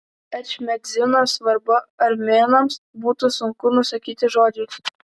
ečmiadzino svarbą armėnams būtų sunku nusakyti žodžiais